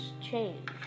change